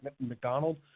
McDonald